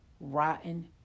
rotten